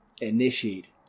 initiate